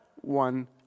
one